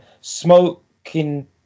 Smoking